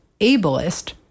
ableist